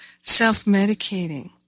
self-medicating